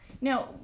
now